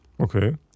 Okay